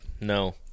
No